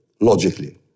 logically